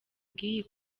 bw’iyi